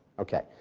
okay.